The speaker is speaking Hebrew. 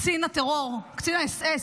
קצין הטרור, קצין האס.אס,